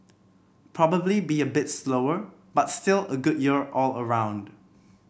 probably be a bit slower but still a good year all around